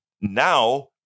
now